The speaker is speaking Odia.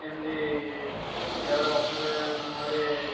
ଏମିତି ପିଲାବେଳେ ଅସୁବିଧା ସମୟରେ